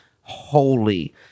holy